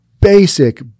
basic